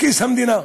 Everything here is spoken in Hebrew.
לכיס המדינה,